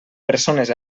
persones